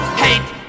hate